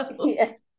yes